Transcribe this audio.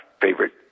favorite